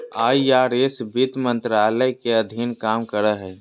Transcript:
IRS वित्त मंत्रालय के अधीन काम करो हय